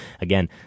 again